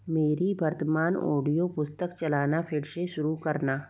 मेरी वर्तमान ऑडियो पुस्तक चलाना फिर से शुरू करना